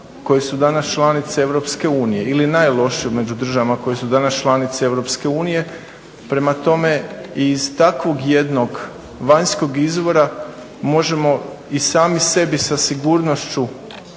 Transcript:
koje su danas članice EU ili najlošije među državama koje su danas članice EU. Prema tome iz takvog jednog vanjskog izvora možemo i sami sebi sa sigurnošću